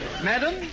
Madam